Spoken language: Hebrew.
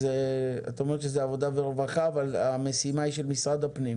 את אומרת שזה ועדת העבודה והרווחה אבל המשימה היא של משרד הפנים.